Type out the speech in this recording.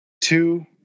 two